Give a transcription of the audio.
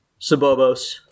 Sabobos